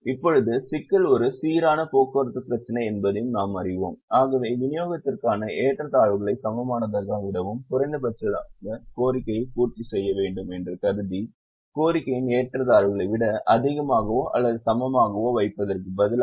இப்போது சிக்கல் ஒரு சீரான போக்குவரத்துப் பிரச்சினை என்பதையும் நாம் அறிவோம் ஆகவே விநியோகத்திற்கான ஏற்றத்தாழ்வுகளுக்கு சமமானதை விடவும் குறைந்தபட்ச கோரிக்கையை பூர்த்தி செய்ய வேண்டும் என்று கருதி கோரிக்கையின் ஏற்றத்தாழ்வுகளை விட அதிகமாகவோ அல்லது சமமாகவோ வைப்பதற்கு பதிலாக